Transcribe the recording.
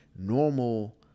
normal